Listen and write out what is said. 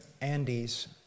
Andes